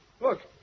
Look